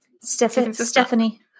Stephanie